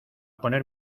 poner